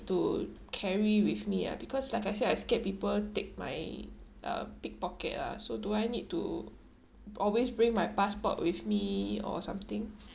to carry with me ah because like I said I scared people take my uh pickpocket ah so do I need to always bring my passport with me or something